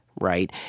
right